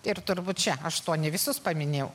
ir turbūt čia aštuoni visus paminėjau